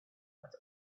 but